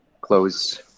Close